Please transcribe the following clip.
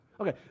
Okay